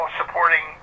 supporting